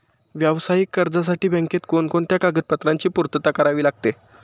व्यावसायिक कर्जासाठी बँकेत कोणकोणत्या कागदपत्रांची पूर्तता करावी लागते?